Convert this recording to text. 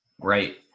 Right